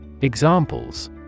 Examples